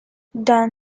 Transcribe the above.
don